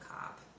cop